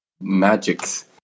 magics